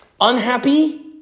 unhappy